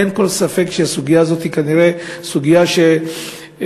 אין כל ספק שהסוגיה הזאת היא סוגיה שחברתי